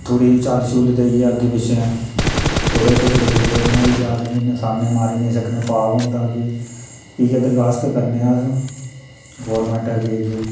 थोह्ड़ी झल छुल देइयै अग्गें पिच्छे थोह्ड़े पुतले छुतले बनाइयै अस इनें नसाने मारी नी सकने पाप होंदा कि इ'यै दरखास्त करने आं अस गौरमैंट अग्गें जी